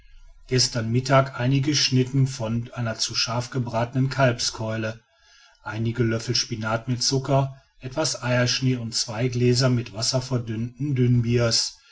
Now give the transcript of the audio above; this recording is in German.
gestern mittag einige schnitten von einer zu scharf gebratenen kalbskeule einige löffel spinat mit zucker etwas eierschnee und zwei gläser mit wasser verdünnten